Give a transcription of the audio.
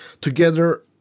Together